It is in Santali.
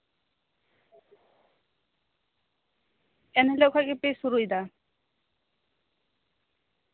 ᱮᱱᱦᱤᱞᱳᱜ ᱠᱷᱚᱡ ᱜᱮᱯᱮ ᱥᱩᱨᱩᱭᱫᱟ